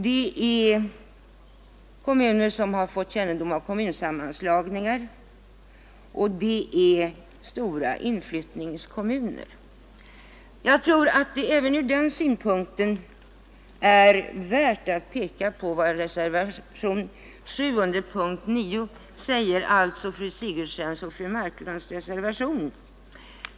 Det rör främst sådana kommuner som fått känning av kommunsammanslagningar och stora inflyttningskommuner. Jag tror att det även utifrån dessas synpunkt är värt att peka på reservationen 7 under punkten 9, som undertecknats av fru Sigurdsen och fru Marklund.